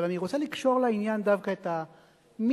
אבל אני רוצה לקשור לעניין דווקא את המיני-תקרית